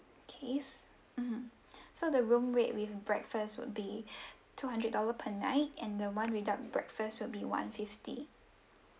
case mmhmm so the room rate with breakfast would be two hundred dollar per night and the one without breakfast will be one fifty